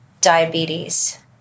diabetes